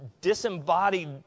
disembodied